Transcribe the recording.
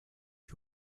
you